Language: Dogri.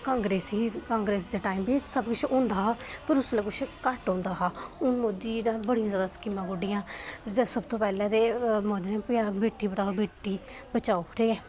कांग्रेसी कांग्रेस दे टाइम बी किश होंदा हा पर उसलै किश घट्ट होंदा हा हून मोदी ने बड़ियां जैदा स्कीमां कड्ढियां सबतों पैह्लें ते मोदी ने बेटी पढ़ाओ बेटी बचाओ ठीक ऐ